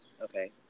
Okay